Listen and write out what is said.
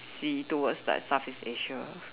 sea towards like Southeast Asia